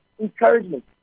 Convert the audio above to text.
encouragement